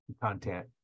content